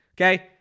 Okay